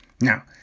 now